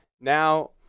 now